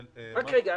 התשל"ו,